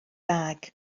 bag